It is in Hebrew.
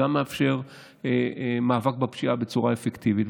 גם מאפשר מאבק בפשיעה בצורה אפקטיבית.